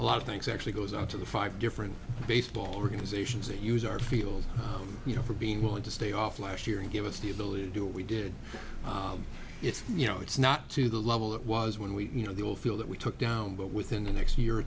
a lot of things actually goes out to the five different baseball organizations that use our field you know for being willing to stay off last year and give us the ability to do we did it you know it's not to the level it was when we you know they will feel that we took down but within the next year or